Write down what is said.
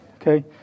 okay